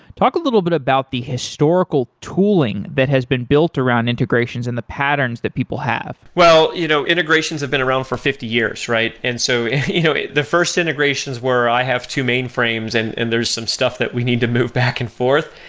talk a little bit about the historical tooling that has been built around integrations and the patterns that people have well, you know integrations have been around for fifty years, right? and so you know the first integrations where i have two mainframes and and there's some stuff that we need to move back and forth,